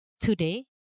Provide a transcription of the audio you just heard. today